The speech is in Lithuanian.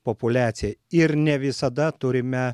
populiacija ir ne visada turime